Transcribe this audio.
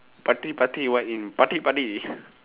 party party what in party party